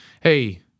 Hey